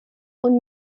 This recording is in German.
und